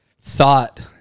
thought